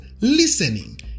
listening